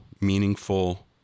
meaningful